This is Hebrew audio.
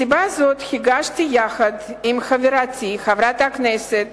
מסיבה זאת הגשתי יחד עם חברתי חברת הכנסת